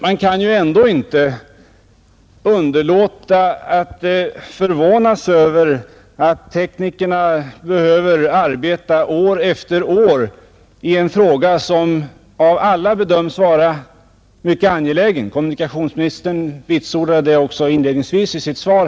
Man kan ändå inte underlåta att förvånas över att teknikerna behöver arbeta år efter år på en sak som av alla bedöms vara mycket angelägen. Kommunikationsministern vitsordade även detta inledningsvis i sitt svar i dag.